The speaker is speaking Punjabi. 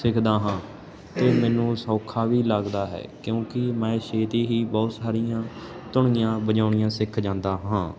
ਸਿੱਖਦਾ ਹਾਂ ਇਹ ਮੈਨੂੰ ਸੌਖਾ ਵੀ ਲੱਗਦਾ ਹੈ ਕਿਉਂਕਿ ਮੈਂ ਛੇਤੀ ਹੀ ਬਹੁਤ ਸਾਰੀਆਂ ਧੁਨੀਆਂ ਵਜਾਉਣੀਆਂ ਸਿੱਖ ਜਾਂਦਾ ਹਾਂ